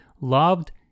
loved